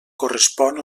correspon